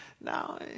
Now